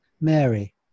Mary